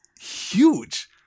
huge